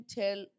tell